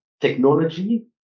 technology